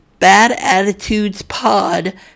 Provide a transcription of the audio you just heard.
badattitudespod